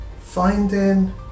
finding